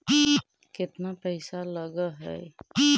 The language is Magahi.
केतना पैसा लगय है?